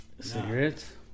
Cigarettes